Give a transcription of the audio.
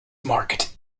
market